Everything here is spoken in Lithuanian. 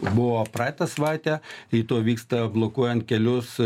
buvo praeitą savaitę rytoj vyksta blokuojant kelius